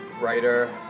writer